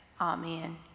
amen